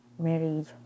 marriage